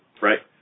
Right